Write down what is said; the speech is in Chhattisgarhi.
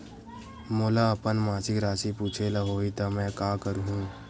मोला अपन मासिक राशि पूछे ल होही त मैं का करहु?